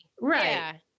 right